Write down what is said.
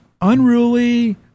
unruly